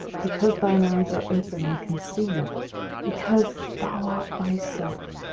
because thine eyes are open, i can see because thou art thyself,